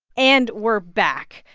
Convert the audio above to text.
and we're back.